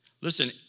Listen